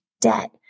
debt